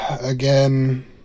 Again